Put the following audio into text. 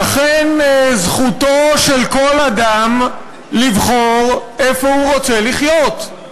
ואכן, זכותו של כל אדם לבחור איפה הוא רוצה לחיות.